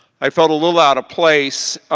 i felt a little out of place.